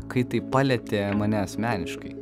kai tai palietė mane asmeniškai